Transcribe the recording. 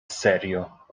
serio